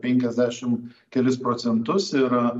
penkiasdešim kelis procentus ir